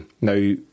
Now